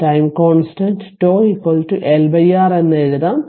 time constant τ L R എന്ന് എഴുതാം